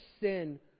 sin